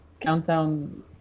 countdown